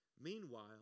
Meanwhile